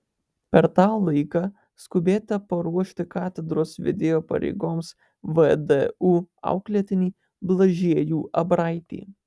per tą laiką skubėta paruošti katedros vedėjo pareigoms vdu auklėtinį blažiejų abraitį